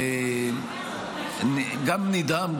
שאני גם נדהם,